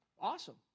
Awesome